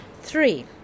Three